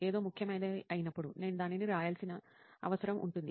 ఏదో ముఖ్యమైనది అయినప్పుడు నేను దానిని రాయాల్సిన అవసరం ఉంటుంది